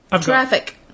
Traffic